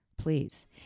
please